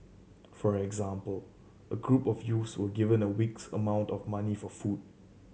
for example a group of youths were given a week's amount of money for food